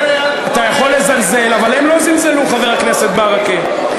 אתה יכול לזלזל, אבל הם לא זלזלו, חבר הכנסת ברכה.